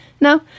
Now